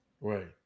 right